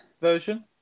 version